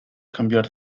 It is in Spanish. cambiar